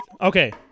Okay